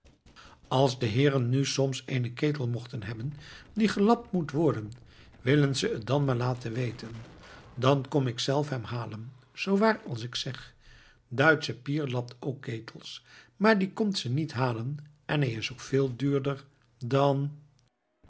als de heeren nu soms eenen ketel mochten hebben die gelapt moet worden willen ze het dan maar laten weten dan kom ik zelf hem halen zoo waar als ik zeg duitsche pier lapt ook ketels maar die komt ze niet halen en hij is ook veel duurder dan